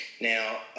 Now